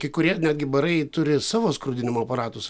kai kurie netgi barai turi savo skrudinimo aparatus